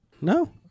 No